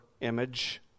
image